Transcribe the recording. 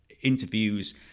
interviews